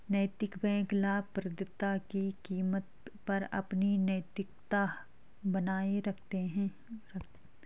नैतिक बैंक लाभप्रदता की कीमत पर अपनी नैतिकता बनाए रखते हैं